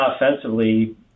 offensively